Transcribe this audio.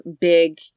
big